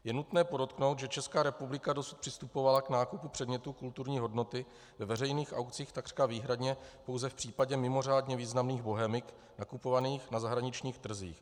Je nutné podotknout, že Česká republika dosud přistupovala k nákupu předmětů kulturní hodnoty ve veřejných aukcích takřka výhradně pouze v případě mimořádně významných bohemik nakupovaných na zahraničních trzích.